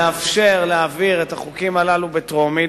לאפשר להעביר את הצעות החוק הללו בקריאה טרומית,